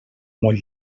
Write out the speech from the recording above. molt